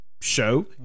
show